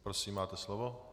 Prosím, máte slovo.